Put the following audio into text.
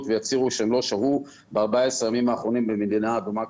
ויצהירו שהם לא שהו ב-14 הימים האחרונים במדינה אדומה.